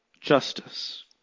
justice